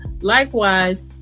likewise